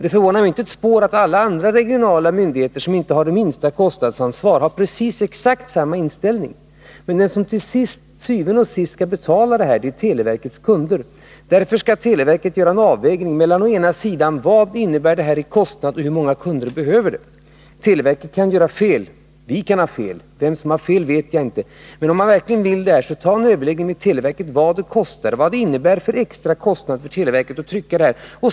Det förvånar mig inte heller ett spår att alla andra regionala myndigheter, som inte har det minsta kostnadsansvar, har exakt samma inställning. Men de som til syvende og sidst skall betala detta är televerkets kunder. Därför skall televerket göra en avvägning mellan å ena sidan vad detta innebär i fråga om kostnader och å andra sidan hur många kunder som behöver hela katalogen. Televerket kan göra fel, och vi kan ha fel. Vem som har fel vet jag inte. Men om ni verkligen vill detta, så ta en överläggning med televerket om vad det innebär i fråga om extra kostnader för televerket att trycka hela katalogen.